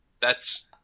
That's-